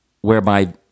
whereby